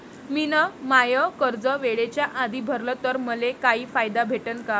मिन माय कर्ज वेळेच्या आधी भरल तर मले काही फायदा भेटन का?